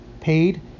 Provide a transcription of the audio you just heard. paid